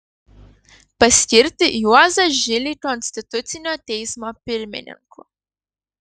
paskirti juozą žilį konstitucinio teismo pirmininku